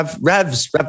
Revs